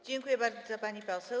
Dziękuję bardzo, pani poseł.